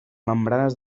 membranes